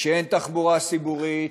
כשאין תחבורה ציבורית,